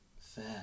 fair